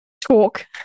talk